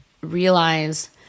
realize